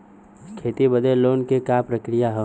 खेती बदे लोन के का प्रक्रिया ह?